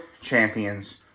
champions